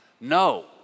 no